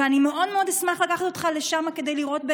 ואני מאוד מאוד אשמח לקחת אותך לשם כדי לראות,